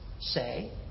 say